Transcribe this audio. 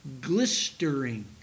glistering